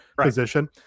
position